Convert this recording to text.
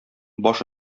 баш